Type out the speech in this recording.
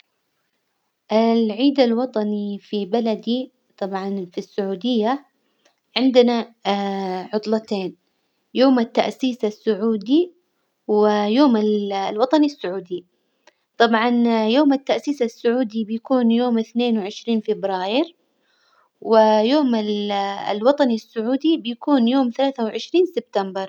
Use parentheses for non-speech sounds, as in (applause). العيد الوطني في بلدي طبعا في السعودية عندنا (hesitation) عطلتين، يوم التأسيس السعودي ويوم ال- الوطني السعودي، طبعا (hesitation) يوم التأسيس السعودي بيكون يوم اثنين وعشرين فبراير، ويوم ال- الوطني السعودي بيكون يوم ثلاثة وعشرين سبتمبر.